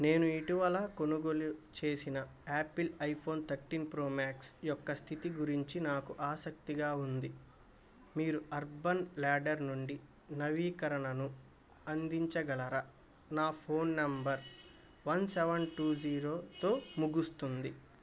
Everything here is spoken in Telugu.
నేను ఇటీవల కొనుగోలు చేసిన Apple iPhone thirteen Pro Max యొక్క స్థితి గురించి నాకు ఆసక్తిగా ఉంది మీరు అర్బన్ లాడ్డర్ నుండి నవీకరణను అందించగలరా నా phone number one seven two జీరోతో ముగుస్తుంది